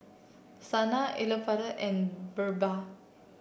Saina Elattuvalapil and BirbaL